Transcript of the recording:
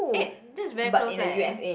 eh that's very close leh